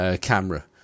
camera